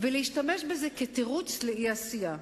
ולהשתמש בזה כתירוץ לאי-עשייה.